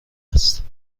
است